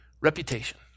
reputation